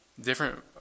different